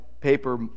paper